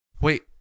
Wait